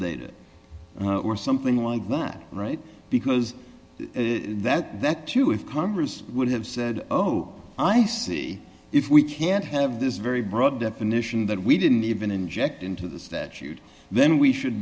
data or something like that right because that that too if congress would have said oh i see if we can't have this very broad definition that we didn't even inject into the statute then we should